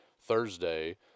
Thursday